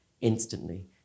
Instantly